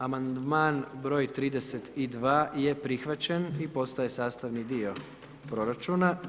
Amandman broj 32. je prihvaćen i postaje sastavni dio proračuna.